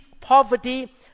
poverty